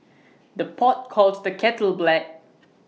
the pot calls the kettle black